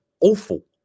awful